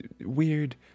weird